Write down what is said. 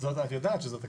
את יודעת שזאת הכוונה.